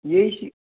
یے چھُ